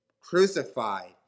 crucified